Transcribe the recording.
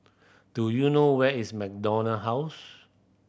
do you know where is MacDonald House